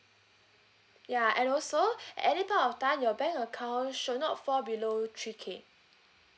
ya and also any point of time your bank account should not fall below three k